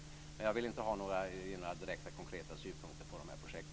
Men jag vill inte ha några direkta konkreta synpunkter på dessa projekt.